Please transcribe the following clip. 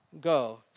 Go